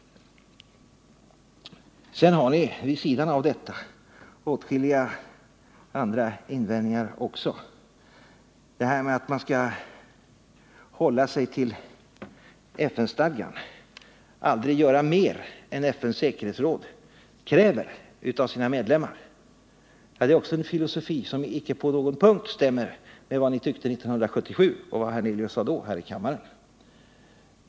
Sedan har ni vid sidan av detta åtskilliga andra invändningar. Att man skall hålla sig till FN-stadgan, aldrig göra mer än vad FN:s säkerhetsråd kräver av sina medlemmar, är också en filosofi som icke på någon punkt stämmer med vad ni tyckte 1977 och vad herr Hernelius då sade i kammaren.